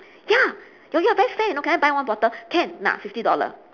ya oh you are very fair you know can I buy one bottle can nah fifty dollar